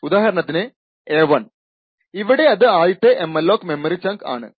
ഉദാഹരണത്തിന് a1 ഇവിടെ അത് ആദ്യത്തെ എംഅലോക് മെമ്മറി ചങ്ക് ആണ്